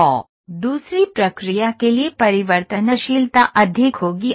तो दूसरी प्रक्रिया के लिए परिवर्तनशीलता अधिक होगी